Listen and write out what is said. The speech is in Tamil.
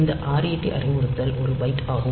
இந்த ret அறிவுறுத்தல் ஒரு பைட் ஆகும்